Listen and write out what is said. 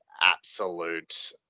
absolute